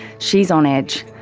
she's on edge.